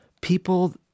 people